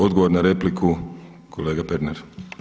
Odgovor na repliku kolega Pernar.